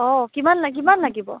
অ কিমান লা কিমান লাগিব